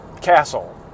castle